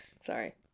Sorry